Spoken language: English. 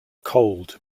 cold